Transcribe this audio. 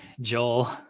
Joel